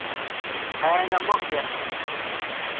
ᱦᱮᱸ ᱧᱟᱢᱚᱜ ᱜᱮᱭᱟ